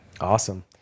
Awesome